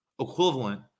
equivalent